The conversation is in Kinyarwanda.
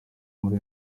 muri